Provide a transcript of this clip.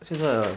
okay ah